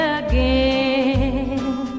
again